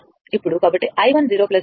ఇప్పుడు కాబట్టి i10 ఉంటుంది అంటే i 3